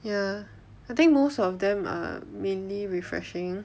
ya I think most of them are mainly refreshing